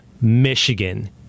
Michigan